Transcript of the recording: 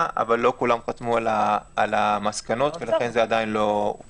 אבל לא כולם חתמו על המסקנות ולכן זה לא הופץ.